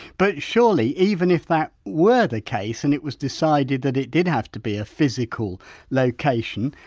but surely even if that were the case and it was decided that it did have to be a physical location,